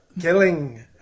killing